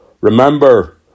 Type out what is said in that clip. Remember